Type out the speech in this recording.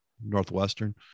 Northwestern